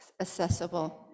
accessible